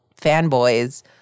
fanboys